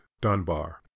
dunbar